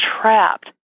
trapped